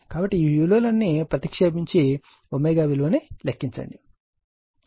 కాబట్టి ఈ విలువలన్నీ ప్రతిక్షేపించి ω విలువని లెక్కించండి